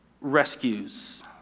rescues